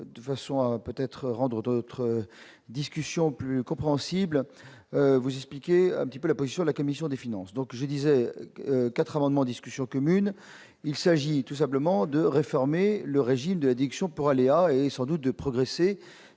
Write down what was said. de façon à peut-être rendre notre discussion plus compréhensible vous expliquer un petit peu la position de la commission des finances, donc je disais 4 amendements, discussions communes, il s'agit tout simplement de réformer le régime de la direction pour aller à et sans doute de progresser